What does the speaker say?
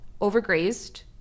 overgrazed